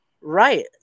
Right